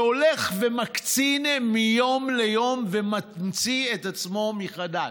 שהולך ומקצין מיום ליום וממציא את עצמו מחדש.